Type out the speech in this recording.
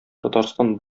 татарстан